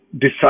decide